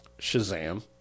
Shazam